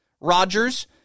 Rodgers